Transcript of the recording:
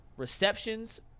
receptions